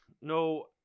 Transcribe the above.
No